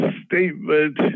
statement